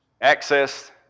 access